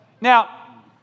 Now